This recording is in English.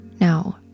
Now